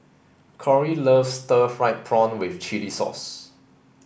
Corrie loves stir fried prawn with chili sauce